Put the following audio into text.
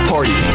Party